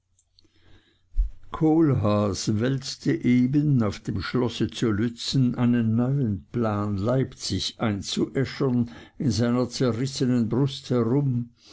kohlhaas wälzte eben auf dem schlosse zu lützen einen neuen plan leipzig einzuäschern in seiner zerrissenen brust herum